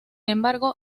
embargo